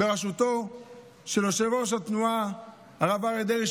בראשותו של יושב-ראש התנועה הרב אריה דרעי,